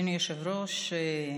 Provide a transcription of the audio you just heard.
אדוני היושב-ראש,